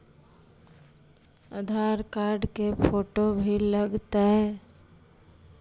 आधार card के photo भी लग तै?